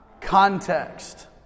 Context